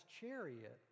chariot